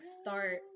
start